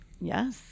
yes